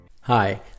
Hi